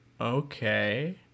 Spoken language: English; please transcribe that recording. Okay